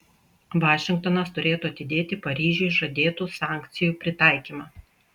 vašingtonas turėtų atidėti paryžiui žadėtų sankcijų pritaikymą